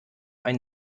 ein